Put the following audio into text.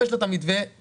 יש לה את המתווה הזה.